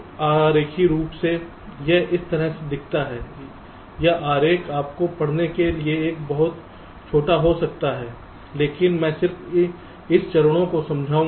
EXTEST आरेखीय रूप से यह इस तरह दिखता है या आरेख आपके पढ़ने के लिए बहुत छोटा हो सकता है लेकिन मैं सिर्फ इस चरणों को समझाऊंगा